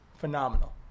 phenomenal